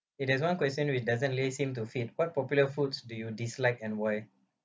eh there's one question which doesn't really seem to fit what popular foods do you dislike and why